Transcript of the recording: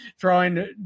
throwing